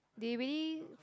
they really